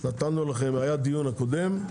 נתנו לכם בדיון הקודם,